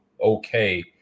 okay